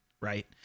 right